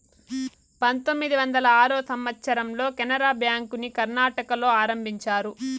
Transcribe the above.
పంతొమ్మిది వందల ఆరో సంవచ్చరంలో కెనరా బ్యాంకుని కర్ణాటకలో ఆరంభించారు